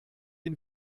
ihn